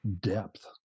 depth